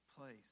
place